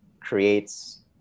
creates